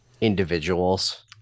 individuals